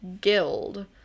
guild